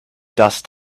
dust